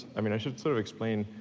i mean i should sort of explain,